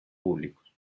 públicos